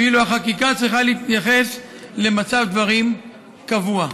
ואילו החקיקה צריכה להתייחס למצב דברים קבוע.